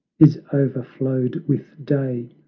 is overflowed with day,